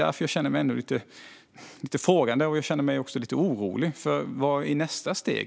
Därför känner jag mig lite frågande och orolig, för vad blir i så fall nästa steg?